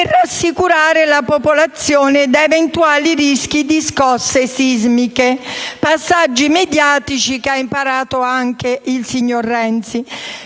per rassicurare la popolazione da eventuali rischi di scosse sismiche. Passaggi mediatici che ha imparato anche il signor Renzi.